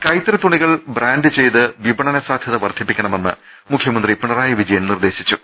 കൈത്തറി തു്ണികൾ ബ്രാന്റ് ചെയ്ത് വിപണന സാധ്യത വർധി പ്പിക്കണമെന്ന് മുഖ്യമന്ത്രി പിണറായി വിജയൻ നിർദേശിച്ചു